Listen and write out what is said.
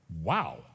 Wow